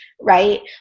right